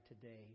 today